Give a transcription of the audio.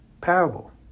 parable